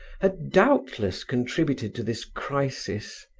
had doubtless contributed to this crisis.